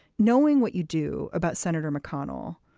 knowing what you do about senator mcconnell,